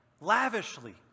lavishly